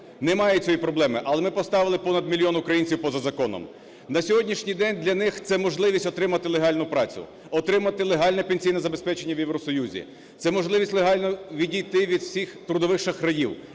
Немає цієї проблеми, але ми поставили понад мільйон українців поза законом. На сьогоднішній день для них це можливість отримали легальну працю, отримали легальне пенсійне забезпечення в Євросоюзі. Це можливість легально відійти від усіх трудових шахраїв